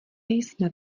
jsme